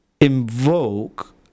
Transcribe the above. invoke